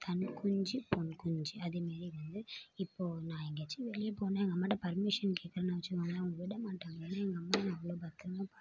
தன் குஞ்சு பொன் குஞ்சு அதே மாரி வந்து இப்போது நான் எங்கேயாச்சும் வெளியே போனேன் எங்கள் அம்மாகிட்ட பர்மிஷன் கேட்குறன்னு வெச்சுக்கோங்களன் விட மாட்டாங்க ஏன்னால் எங்கள் அம்மா என்ன அவ்வளோ பத்திரமா பார்த்துப்பாங்க